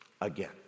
again